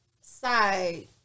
side